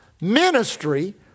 ministry